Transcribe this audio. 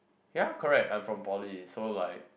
ya correct I'm from poly so like